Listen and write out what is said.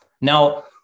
Now